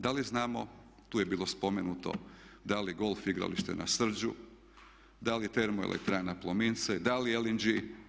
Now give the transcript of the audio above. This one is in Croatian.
Da li znamo, tu je bilo spomenuto da li golf igralište na Srđu, da li termoelektrana Plomin C, da li LNG.